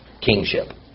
kingship